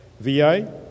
VI